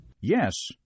Yes